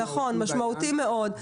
נכון, משמעותי מאוד.